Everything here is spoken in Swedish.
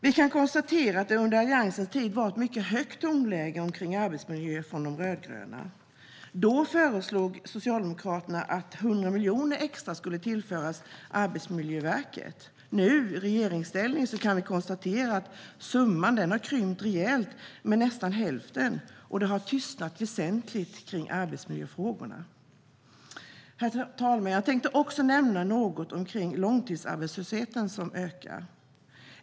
Vi kan konstatera att det under Alliansens tid var ett mycket högt tonläge kring arbetsmiljö från de rödgröna. Då föreslog Socialdemokraterna att 100 miljoner extra skulle tillföras Arbetsmiljöverket, och nu när de sitter i regeringsställning kan vi konstatera att summan har krympt rejält - med nästan hälften - och att det har tystnat väsentligt kring arbetsmiljöfrågorna. Herr talman! Jag tänkte också nämna något om långtidsarbetslösheten, som ökar.